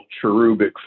cherubic